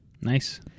Nice